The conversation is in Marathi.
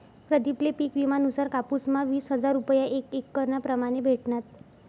प्रदीप ले पिक विमा नुसार कापुस म्हा वीस हजार रूपया एक एकरना प्रमाणे भेटनात